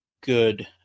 good